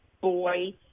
Boy